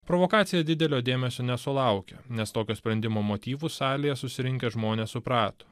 provokaciją didelio dėmesio nesulaukė nes tokio sprendimo motyvus salėje susirinkę žmonės suprato